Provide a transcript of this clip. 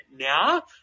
now